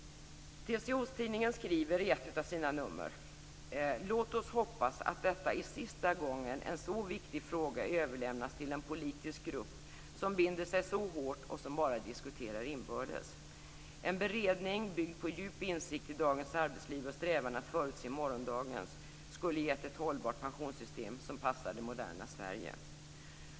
TCO-tidningen skriver i ett av sina nummer: "Låt oss hoppas att det är sista gången en så viktig fråga överlämnas till en politisk grupp som binder sig så hårt och som bara diskuterar inbördes. En beredning, byggd på djup insikt i dagens arbetsliv och strävan att förutse morgondagens, skulle gett ett hållbart pensionssystem som passar det moderna Sverige."